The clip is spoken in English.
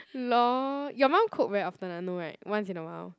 lol your mum cook very often ah no [right] once in awhile